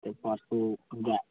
तऽ परसू पूजा